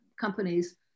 companies